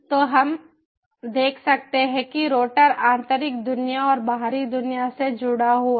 तो हम देख सकते हैं कि राउटर आंतरिक दुनिया और बाहरी दुनिया से जुड़ा हुआ है